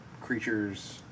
creatures